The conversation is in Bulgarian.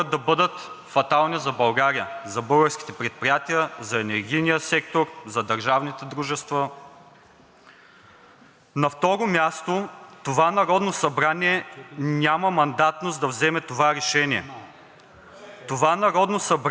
На второ място, това Народно събрание няма мандатност да вземе това решение. Това Народно събрание трудно излъчи председател. Всички ние помним, че три дена избирахме председател на Народното събрание